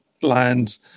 land